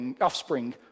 offspring